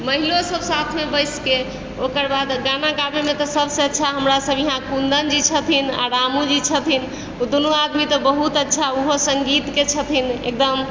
महिलोसभ साथमे बैसिकए ओकर बाद गाना गाबैमे तऽ सभसँ अच्छा हमरा सभ इहाँ कुन्दनजी छथिन आओर रामूजी छथिन ओ दुनू आदमी तऽ बहुत अच्छा ओहो सङ्गीतके छथिन एकदम